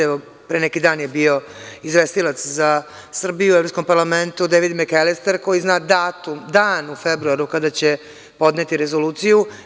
Evo pre neki dan je bio izvestilac za Srbiju u Evropskom parlamentu Dejvid Mekelister koji zna datum, dan u februaru, kada će podneti Rezoluciju.